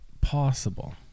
possible